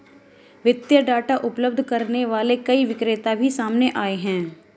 वित्तीय डाटा उपलब्ध करने वाले कई विक्रेता भी सामने आए हैं